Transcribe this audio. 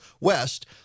West